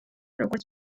როგორც